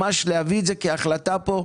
ממש להביא את זה כהחלטה פה,